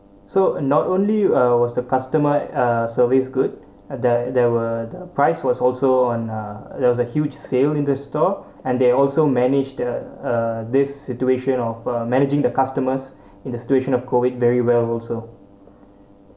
so not only uh was the customer uh service good at the there were the price was also on uh there was a huge sale in the store and they also manage the uh this situation of uh managing the customers in the situation of COVID very well also